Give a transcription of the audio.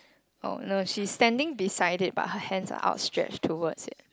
oh no she's standing beside it but her hands are outstretched towards it